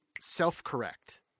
self-correct